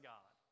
God